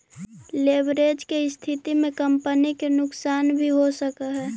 leverage के स्थिति में कंपनी के नुकसान भी हो सकऽ हई